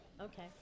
Okay